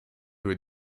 due